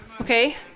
okay